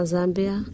Zambia